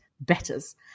betters